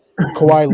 Kawhi